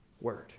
Word